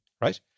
right